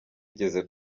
igeze